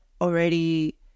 already